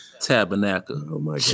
Tabernacle